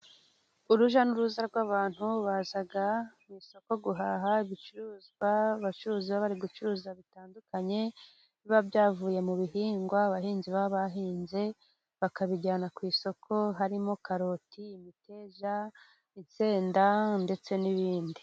Urujya n'uruza rw'abantu baza mu isoko guhaha, ibicuruzwa abacuruzi bari gucuruza bitandukanye, biba byavuye mu bihingwa abahinzi baba bahinze, bakabijyana ku isoko harimo: karoti, imiteja, urusenda ndetse n'ibindi.